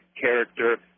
character